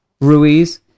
Ruiz